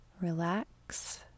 Relax